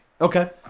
Okay